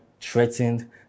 threatened